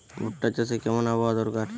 ভুট্টা চাষে কেমন আবহাওয়া দরকার?